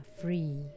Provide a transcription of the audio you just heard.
free